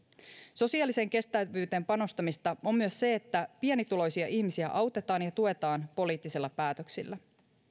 sosiaaliseen kestävyyteen panostamista on myös se että pienituloisia ihmisiä autetaan ja tuetaan poliittisilla päätöksillä